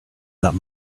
that